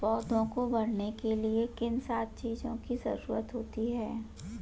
पौधों को बढ़ने के लिए किन सात चीजों की जरूरत होती है?